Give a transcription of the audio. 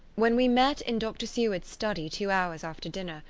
when we met in dr. seward's study two hours after dinner,